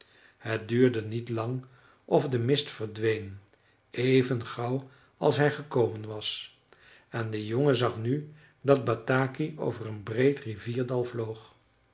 het duurde niet lang of de mist verdween even gauw als hij gekomen was en de jongen zag nu dat bataki over een breed rivierdal vloog